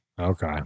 Okay